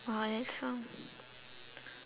!wow! that's so